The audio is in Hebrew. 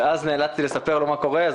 נאלצתי לספר לו מה קורה,